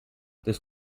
this